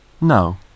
No